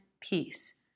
peace